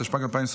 התשפ"ג 2023,